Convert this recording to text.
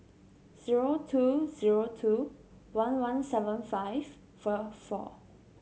zero two zero two one one seven five four four